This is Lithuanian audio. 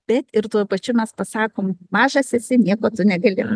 bet ir tuo pačiu mes pasakom mažas esi nieko tu negali